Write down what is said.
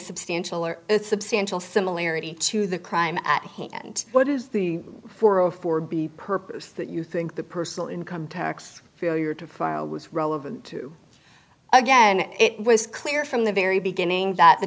substantial or substantial similarity to the crime at hand what is the world for b purpose that you think the personal income tax failure to crow was relevant to again it was clear from the very beginning that the